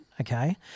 okay